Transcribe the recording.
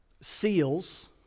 seals